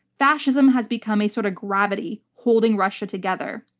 fascism has become a sort of gravity holding russia together.